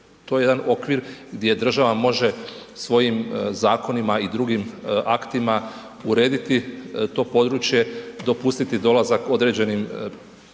to je jedan okvir gdje država može svojim zakonima i drugim aktima urediti to područje, dopustiti dolazak određenim, prije